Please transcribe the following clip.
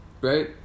right